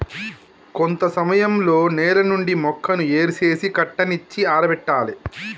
కొంత సమయంలో నేల నుండి మొక్కను ఏరు సేసి కట్టనిచ్చి ఆరబెట్టాలి